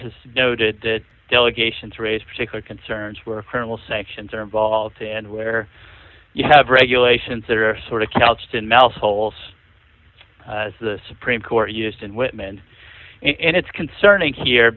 has noted delegations raised particular concerns were criminal sanctions are involved and where you have regulations that are sort of couched in malice holes supreme court used in whitman and it's concerning here